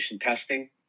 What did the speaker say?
testing